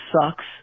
sucks